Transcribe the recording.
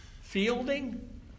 fielding